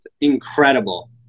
incredible